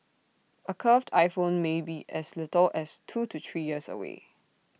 A curved iPhone may be as little as two to three years away